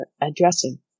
addressing